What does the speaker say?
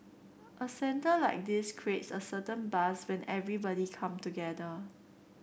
a centre like this creates a certain buzz when everybody come together